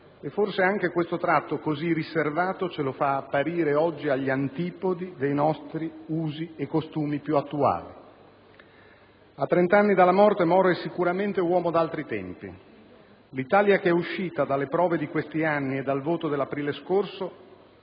e forse anche questo tratto così riservato ce lo fa apparire oggi agli antipodi dei nostri usi e costumi più attuali. A trent'anni dalla morte, Moro è sicuramente uomo di altri tempi. L'Italia che è uscita dalle prove di questi anni e dal voto dell'aprile scorso